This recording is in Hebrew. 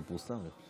ככה פורסם.